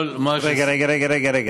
כל מה, רגע, רגע.